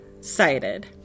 cited